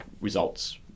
results